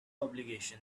obligation